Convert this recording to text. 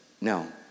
no